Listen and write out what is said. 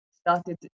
Started